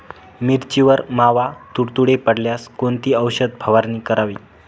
मिरचीवर मावा, तुडतुडे पडल्यास कोणती औषध फवारणी करावी?